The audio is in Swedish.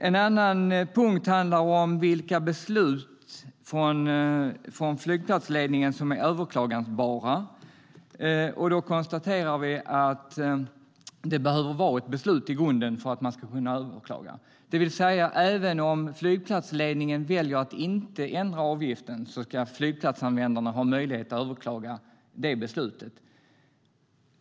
En annan punkt handlar om vilka beslut från flygplatsledningen som är överklagbara. Vi konstaterar att det behöver vara ett beslut i grunden för att man ska kunna överklaga, det vill säga att även om flygplatsledningen väljer att inte ändra avgiften ska flygplatsanvändarna ha möjlighet att överklaga det beslutet.